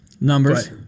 Numbers